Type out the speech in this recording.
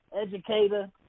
educator